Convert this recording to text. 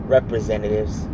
Representatives